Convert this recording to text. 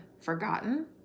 forgotten